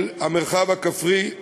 של המרחב הכפרי,